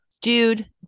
dude